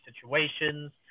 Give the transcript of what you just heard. situations